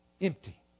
empty